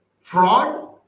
Fraud